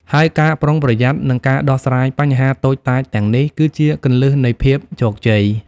ហើយការប្រុងប្រយ័ត្ន និងការដោះស្រាយបញ្ហាតូចតាចទាំងនេះ គឺជាគន្លឹះនៃភាពជោគជ័យ។